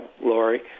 Lori